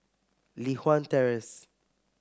Li Hwan Terrace